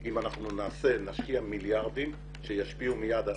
אם נשקיע מיליארדים שישפיעו מיד.